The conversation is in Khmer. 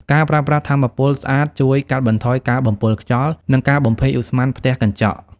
ការប្រើប្រាស់ថាមពលស្អាតជួយកាត់បន្ថយការបំពុលខ្យល់ និងការបំភាយឧស្ម័នផ្ទះកញ្ចក់។